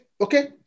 okay